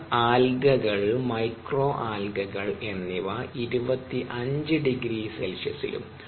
ചില ആൽഗകൾ മൈക്രോ ആൽഗകൾ എന്നിവ 25 ºC ലും